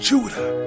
Judah